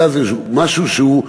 אלא זה משהו שהוא,